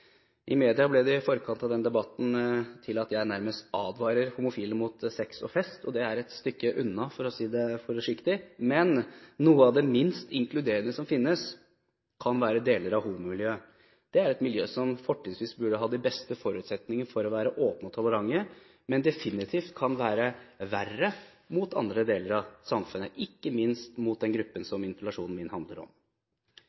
I media ble det i forkant av denne debatten til at jeg nærmest advarer homofile mot sex og fest. Det er et stykke unna, for å si det forsiktig. Men noe av det minst inkluderende som finnes, kan være deler av homomiljøet. Det er et miljø som fortrinnsvis burde ha de beste forutsetninger for å være åpent og tolerant, men som definitivt kan være verre enn andre deler av samfunnet, ikke minst mot den gruppen